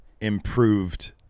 improved